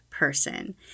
Person